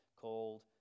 called